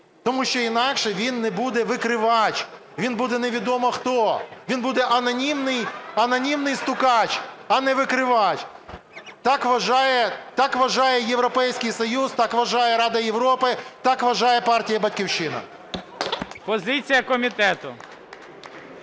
Тому що інакше він не буде викривач, він буде невідомо хто, він буде анонімний стукач, а не викривач. Так вважає Європейський Союз, так вважає Рада Європи, так вважає партія "Батьківщина". ГОЛОВУЮЧИЙ. Позиція комітету.